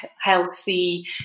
healthy